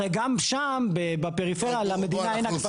הרי, גם שם, בפריפריה, למדינה אין הגבלה.